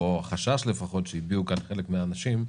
או החשש לפחות שהביעו כאן חלק מהאנשים,